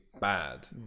bad